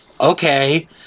okay